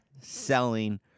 selling